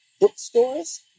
Bookstores